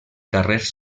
carrers